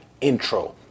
intro